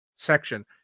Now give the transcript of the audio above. Section